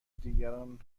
دیگران